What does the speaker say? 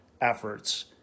efforts